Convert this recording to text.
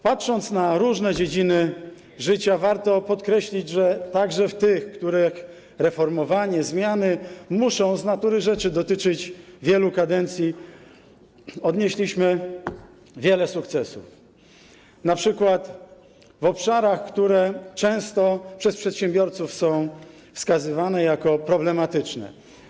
Patrząc na różne dziedziny życia, warto podkreślić, że także w tych, których reformowanie, zmiany muszą z natury rzeczy dotyczyć wielu kadencji, odnieśliśmy wiele sukcesów, np. w obszarach, które często przez przedsiębiorców są wskazywane jako problematyczne.